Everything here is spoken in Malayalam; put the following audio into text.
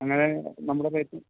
അങ്ങനെ നമ്മുടെ റേറ്റ്